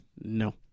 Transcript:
No